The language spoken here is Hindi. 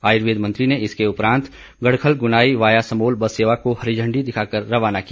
आयुर्वेद मंत्री ने इसके उपरांत गढ़खल गुनाई वाया समोल बस सेवा को हरी झंडी दिखाकर रवाना किया